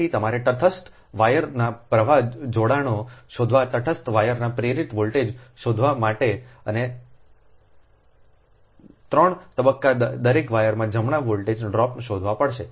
તેથી તમારે તટસ્થ વાયરના પ્રવાહ જોડાણો શોધવા તટસ્થ વાયરમાં પ્રેરિત વોલ્ટેજ શોધવા અને 3 તબક્કાના દરેક વાયરમાં જમણા વોલ્ટેજ ડ્રોપને શોધવા પડશે